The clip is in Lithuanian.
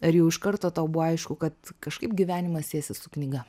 ar jau iš karto tau buvo aišku kad kažkaip gyvenimas siesis su knyga